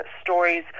stories